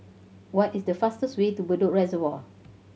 what is the fastest way to Bedok Reservoir